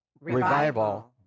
revival